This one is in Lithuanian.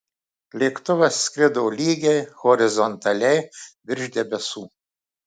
lėktuvas skrido lygiai horizontaliai virš debesų